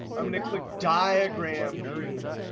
i'm going to click diagram view.